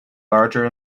larger